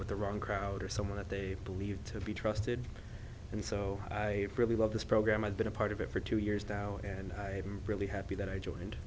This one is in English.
with the wrong crowd or someone that they believe to be trusted and so i really love this program i've been a part of it for two years now and i am really happy that i joined